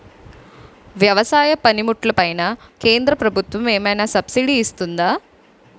వ్యవసాయ పనిముట్లు పైన కేంద్రప్రభుత్వం ఏమైనా సబ్సిడీ ఇస్తుందా?